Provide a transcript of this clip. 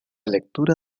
lectura